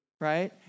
right